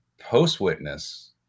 post-witness